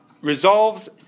resolves